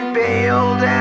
bailed